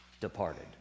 departed